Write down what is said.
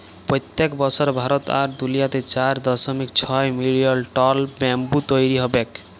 পইত্তেক বসর ভারত আর দুলিয়াতে চার দশমিক ছয় মিলিয়ল টল ব্যাম্বু তৈরি হবেক